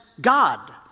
God